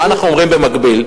מה אנחנו אומרים במקביל?